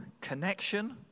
connection